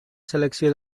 selecció